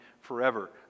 forever